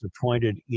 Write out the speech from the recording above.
appointed